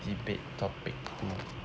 debate topic two